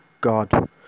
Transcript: God